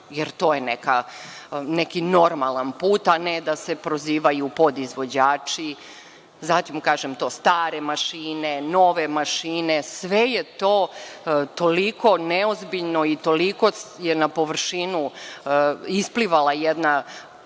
jer to je neki normalan put, a ne da se prozivaju podizvođači. Zatim, kažem, to stare mašine, nove mašine, sve je to toliko neozbiljno i toliko je na površinu isplivala jedna